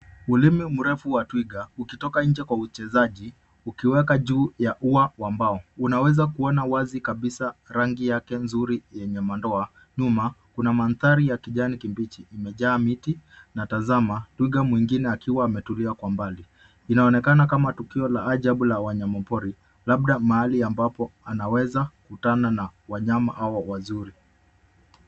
Ulimi mrefu wa twiga ukitoka inje kwa uchezaji, ukiweka juu ya uwa wa mbao. Unaweza kuuona wazi kabisa rangi yake nzuri yenye madoa. Nyuma, kuna manthari ya kijani Kibichi, kumejaa miti na tazama twiga mwingine akiwa ametulia kwa mbali. Inaonekana kama tukio la ajabu la wanyamapori, labda mahali ambapo anaweza kukutana na wanyama hawa wazuri.